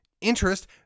interest